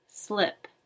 slip